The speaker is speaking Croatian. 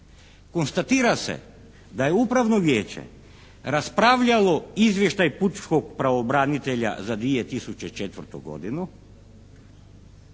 Konstatira se da je upravno vijeće raspravljalo izvještaj pučkog pravobranitelja za 2004. godinu